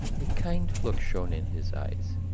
a kind look shone in his eyes.